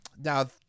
Now